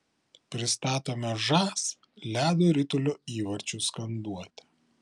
pristatome žas ledo ritulio įvarčių skanduotę